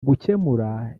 gucyemura